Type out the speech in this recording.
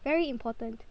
very important